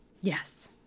yes